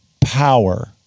power